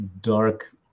dark